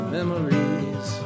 Memories